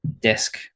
desk